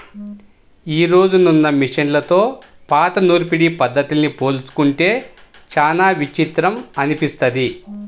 యీ రోజునున్న మిషన్లతో పాత నూర్పిడి పద్ధతుల్ని పోల్చుకుంటే చానా విచిత్రం అనిపిస్తది